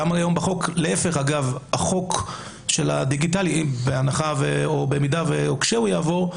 להפך, בחוק הדיגיטלי, כשהוא יעבור,